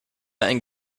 ein